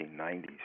1990s